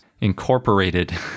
incorporated